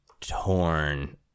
torn